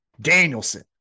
Danielson